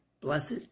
Blessed